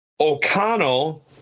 O'Connell